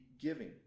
giving